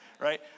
right